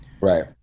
right